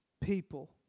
People